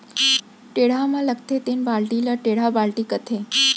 टेड़ा म लगथे तेन बाल्टी ल टेंड़ा बाल्टी कथें